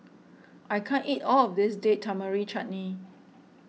I can't eat all of this Date Tamarind Chutney